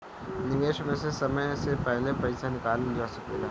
निवेश में से समय से पहले पईसा निकालल जा सेकला?